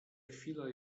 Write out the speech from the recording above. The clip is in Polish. chwila